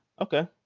Okay